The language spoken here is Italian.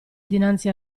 dinanzi